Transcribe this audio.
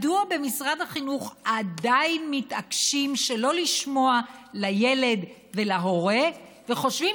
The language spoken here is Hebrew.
מדוע במשרד החינוך עדיין מתעקשים שלא לשמוע לילד ולהורה וחושבים